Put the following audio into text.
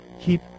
Keep